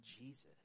Jesus